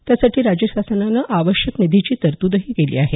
त्यासाठी राज्य शासनाने आवश्यक निधीची तरतूदही केलेली आहे